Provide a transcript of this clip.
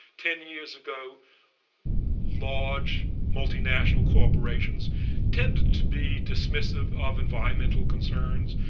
ten years ago large multinational corporations tended to be dismissive of environmental concerns.